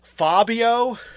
Fabio